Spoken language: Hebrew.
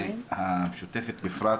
והמשותפת בפרט,